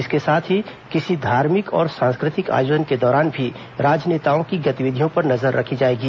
इसके साथ ही किसी धार्मिक और सांस्कृतिक आयोजन के दौरान भी राजनेताओं की गतिविधियों पर नजर रखी जाएगी